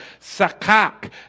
Sakak